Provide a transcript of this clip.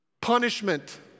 punishment